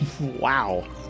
wow